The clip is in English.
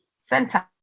center